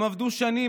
הם עבדו שנים,